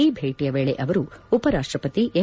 ಈ ಭೇಟಿಯ ವೇಳೆ ಅವರು ಉಪರಾಷ್ಷಪತಿ ಎಂ